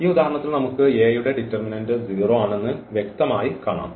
ഈ ഉദാഹരണത്തിൽ നമുക്ക് ഈ A യുടെ ഡിറ്റർമിനന്റ് 0 ആണെന്ന് വ്യക്തമായി കാണാം